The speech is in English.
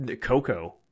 Coco